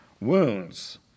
wounds